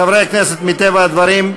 חברי הכנסת, מטבע הדברים,